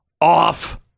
Off